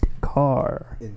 car